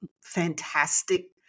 fantastic